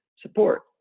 support